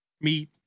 meat